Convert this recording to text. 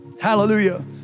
hallelujah